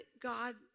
God